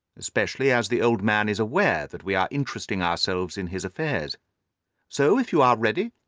especially as the old man is aware that we are interesting ourselves in his affairs so if you are ready,